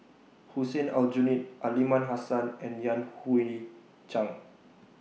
Hussein Aljunied Aliman Hassan and Yan Hui Chang